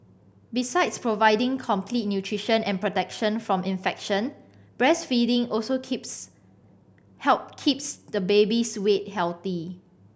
besides providing complete nutrition and protection from infection breastfeeding also keeps help keeps the baby's weight healthy